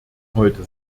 heute